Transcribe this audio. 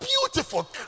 Beautiful